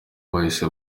bahise